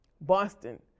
Boston